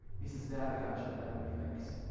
he says, dad, i got your letter, thanks.